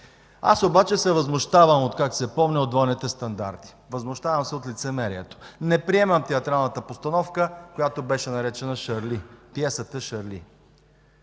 Аз обаче се възмущавам откакто се помня от двойните стандарти. Възмущавам се от лицемерието. Не приемам театралната постановка, която беше наречена „Шарли”, пиесата „Шарли”.